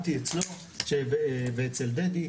למדתי אצלו ואצל דדי,